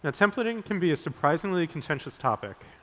ah templating can be a surprisingly contentious topic,